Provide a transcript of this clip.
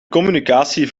communicatie